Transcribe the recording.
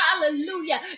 hallelujah